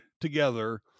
together